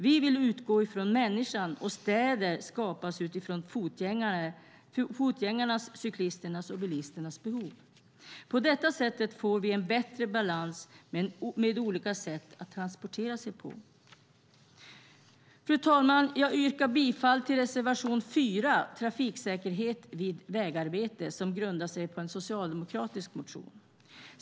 Vi vill utgå från människan och att städer skapas utifrån fotgängarnas, cyklisternas och bilisternas behov. På det sättet får vi en bättre balans mellan olika sätta att transportera sig på. Fru talman! Jag yrkar bifall till reservation nr 4 Trafiksäkerhet vid vägarbete, som grundar sig på en socialdemokratisk motion.